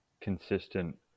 consistent